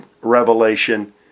Revelation